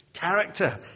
character